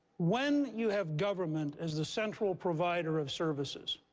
when you have government as the central provider of services,